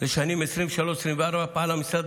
לשנים 2024-2023 פעל המשרד